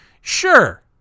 sure